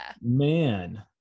man